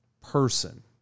person